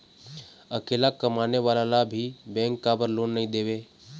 अकेला कमाने वाला ला भी बैंक काबर लोन नहीं देवे?